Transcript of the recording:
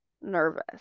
nervous